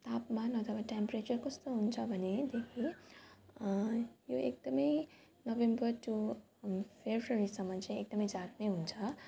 तापमान अथवा टेम्परेचर कस्तो हुन्छ भनेदेखि यो एकदम नोभेम्बर टु फेब्रुअरीसम्म चाहिँ एकदम जाडो नै हुन्छ